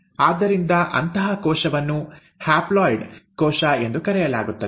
ಆದ್ದರಿಂದ ಅಂತಹ ಕೋಶವನ್ನು ಹ್ಯಾಪ್ಲಾಯ್ಡ್ ಕೋಶ ಎಂದು ಕರೆಯಲಾಗುತ್ತದೆ